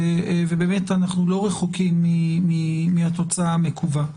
ובאמת אנחנו לא רחוקים מהתוצאה המקווה.